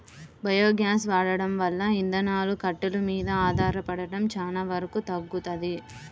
biogas వాడకం వల్ల ఇంధనాలు, కట్టెలు మీద ఆధారపడటం చానా వరకు తగ్గుతది